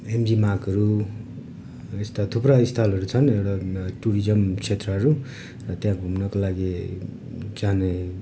MG मार्गहरू यस्ता थुप्रा स्थलहरू छन् र टुरिजम क्षेत्रहरू त्यहाँ घुम्नका लागि जाने